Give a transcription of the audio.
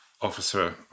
officer